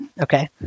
Okay